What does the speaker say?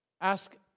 ask